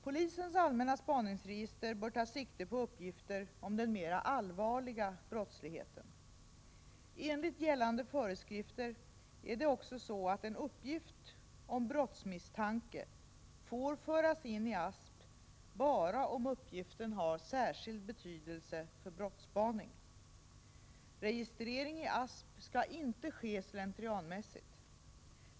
Polisens allmänna spaningsregister bör ta sikte på uppgifter om den mera allvarliga brottsligheten. Enligt gällande föreskrifter är det också så att en uppgift om brottsmisstanke får föras in i ASP bara om uppgiften har särskild betydelse för brottsspaning. Registrering i ASP skall inte ske slentrianmässigt.